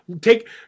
take